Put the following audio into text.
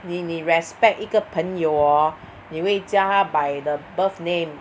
你你 respect 一个朋友 orh 你会叫他 by the birth name